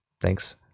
Thanks